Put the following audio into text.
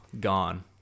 gone